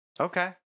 Okay